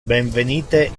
benvenite